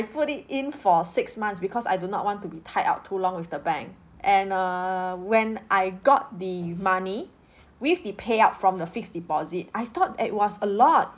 put it in for six months because I do not want to be tied out too long with the bank and err when I got the money with the payout from the fixed deposit I thought it was a lot